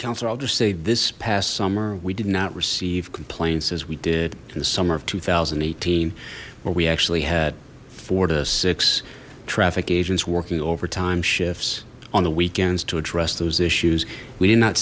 councillor i'll just say this past summer we did not receive complaints as we did in the summer of two thousand and eighteen where we actually had four to six traffic agents working overtime shifts on the weekends to address those issues we did not